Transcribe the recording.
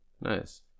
Nice